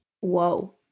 whoa